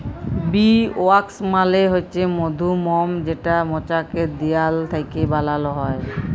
bee wax মালে হছে মধুমম যেটা মচাকের দিয়াল থ্যাইকে বালাল হ্যয়